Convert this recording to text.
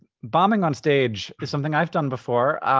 bombing onstage is something i've done before,